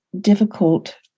difficult